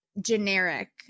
generic